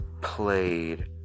played